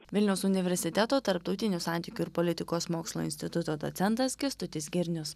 vilniaus universiteto tarptautinių santykių ir politikos mokslų instituto docentas kęstutis girnius